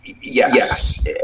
yes